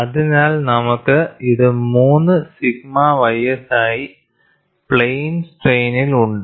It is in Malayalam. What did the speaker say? അതിനാൽ നമുക്ക് ഇത് 3 സിഗ്മ ys ആയി പ്ലെയിൻ സ്ട്രെയിനിൽ ഉണ്ട്